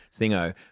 thingo